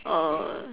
err